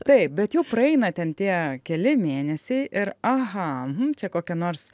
taip bet jau praeina ten tie keli mėnesiai ir aha čia kokia nors